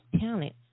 talent